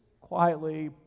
quietly